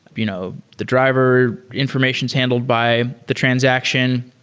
you know the driver information is handled by the transaction.